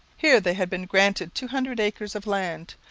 here they had been granted two hundred acres of land,